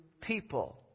people